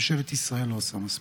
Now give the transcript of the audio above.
ממשלת ישראל לא עושה מספיק.